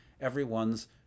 everyone's